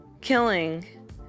killing